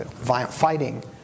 fighting